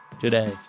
today